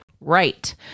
Right